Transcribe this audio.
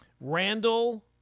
Randall